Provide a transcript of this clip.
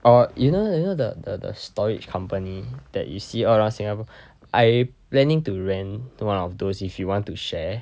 or you know the you know the the the storage company that you see all around singapore I planning to rent one of those if you want to share